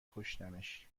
کشتمش